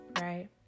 right